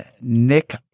Nick